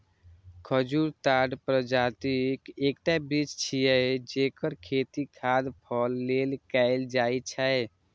खजूर ताड़ प्रजातिक एकटा वृक्ष छियै, जेकर खेती खाद्य फल लेल कैल जाइ छै